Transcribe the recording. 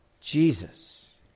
Jesus